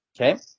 okay